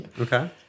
Okay